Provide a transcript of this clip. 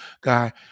guy